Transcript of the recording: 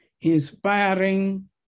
inspiring